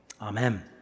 Amen